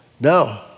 No